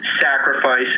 sacrifice